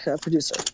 producer